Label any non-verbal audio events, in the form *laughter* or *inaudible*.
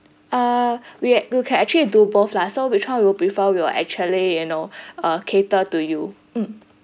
uh *breath* we a~ we can actually do both lah so which one you will prefer we will actually you know *breath* uh cater to you mm